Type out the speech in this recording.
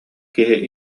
киһи